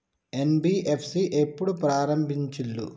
NBFC ఎప్పుడు ప్రారంభించిల్లు?